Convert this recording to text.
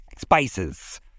spices